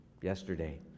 yesterday